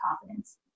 confidence